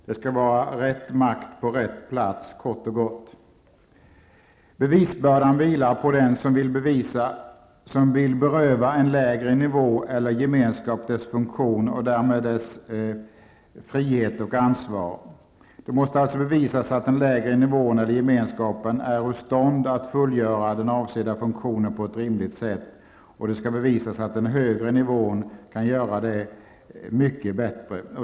Det skall vara rätt makt på rätt plats kort -- och gott. Bevisbördan vilar på den som vill beröva en lägre nivå eller gemenskap dess funktion och därmed dess frihet och ansvar. Det måste alltså bevisas att den lägre nivån eller gemenskapen är ur stånd att fullgöra den avsedda funktionen på ett rimligt sätt, och det skall bevisas att den högre nivån kan göra det mycket bättre.